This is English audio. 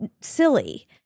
silly